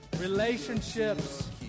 Relationships